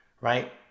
right